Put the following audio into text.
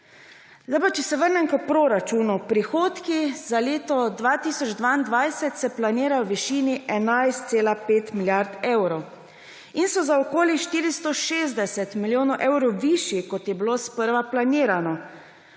pokrili. Če se vrnem k proračunu. Prihodki za leto 2022 se planirajo v višini 11,5 milijarde evrov in so za okoli 460 milijonov evrov višji, kot je bilo sprva planirano,